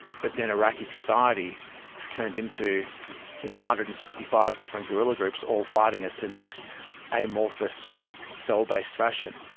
but then iraqi society turned into one you know hundred and sixty five different guerrilla groups all fighting us in this a morphous cell-based fashion,